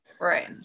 Right